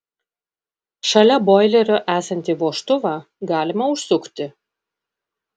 šalia boilerio esantį vožtuvą galima užsukti